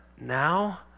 now